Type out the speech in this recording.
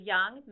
Young